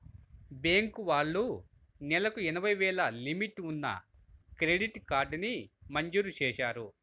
bank వాళ్ళు నెలకు ఎనభై వేలు లిమిట్ ఉన్న క్రెడిట్ కార్డుని మంజూరు చేశారు